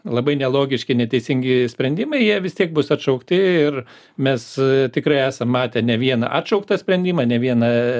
labai nelogiški neteisingi sprendimai jie vis tiek bus atšaukti ir mes tikrai esam matę ne vieną atšauktą sprendimą ne vieną